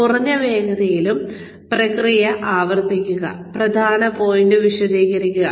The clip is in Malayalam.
കുറഞ്ഞ വേഗതയിലും പ്രക്രിയ ആവർത്തിക്കുക പ്രധാന പോയിന്റുകൾ വിശദീകരിക്കുക